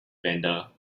vendor